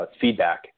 feedback